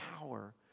power